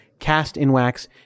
castinwax